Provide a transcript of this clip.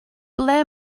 ble